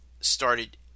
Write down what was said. started